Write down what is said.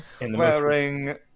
wearing